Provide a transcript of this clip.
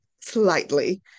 slightly